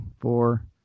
four